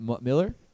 Miller